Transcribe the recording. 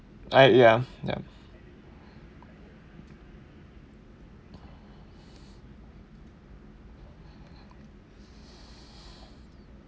I ya ya